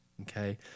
Okay